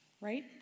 right